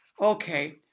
Okay